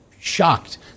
shocked